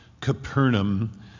Capernaum